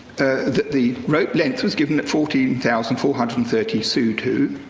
that the rope length was given at fourteen thousand four hundred thirty sutu.